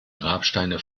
grabsteine